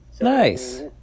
Nice